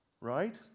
Right